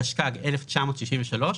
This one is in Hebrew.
התשכ"ג-1963,